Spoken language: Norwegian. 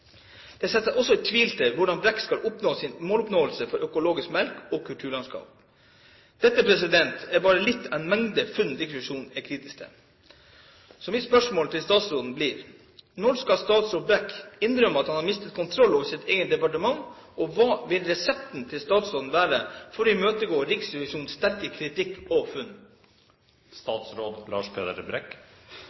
tvil om hvorvidt Brekk kan nå sitt mål for økologisk melk og for kulturlandskap. Dette er bare litt av en mengde funn Riksrevisjonen er kritisk til. Så mitt spørsmål til statsråden blir: Når skal statsråd Brekk innrømme at han har mistet kontroll over sitt eget departement, og hva vil resepten til statsråden være for å imøtegå Riksrevisjonens sterke kritikk og funn?